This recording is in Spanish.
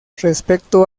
respecto